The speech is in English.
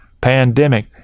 pandemic